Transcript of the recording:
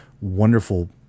wonderful